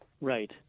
Right